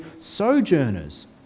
sojourners